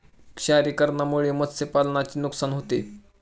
क्षारीकरणामुळे मत्स्यपालनाचे नुकसान होते